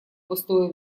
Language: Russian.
пустое